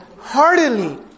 heartily